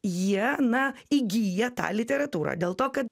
jie na įgyja tą literatūrą dėl to kad